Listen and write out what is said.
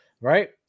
right